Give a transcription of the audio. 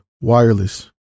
Wireless